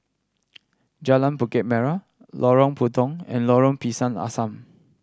Jalan Bukit Merah Lorong Puntong and Lorong Pisang Asam